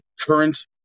current